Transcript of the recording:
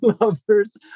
lovers